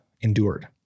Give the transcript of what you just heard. endured